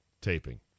taping